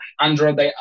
Android